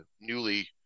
newly